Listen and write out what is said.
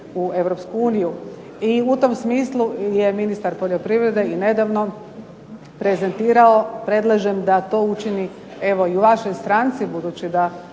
u EU. I u tom smislu je ministar poljoprivrede i nedavno prezentirao, predlažem da to učini evo i vašoj stranci, budući da